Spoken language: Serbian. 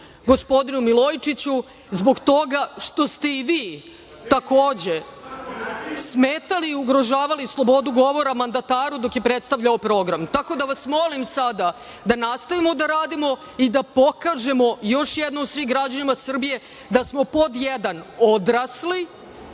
gospodinu Milojičiću, zbog toga što ste i vi, takođe, smetali i ugrožavali slobodu govora mandataru dok je predstavljao program. Tako da vas molim sada da nastavimo da radimo i da pokažemo još jednom svim građanima Srbije da smo, pod jedan, odrasli,